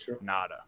Nada